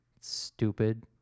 Stupid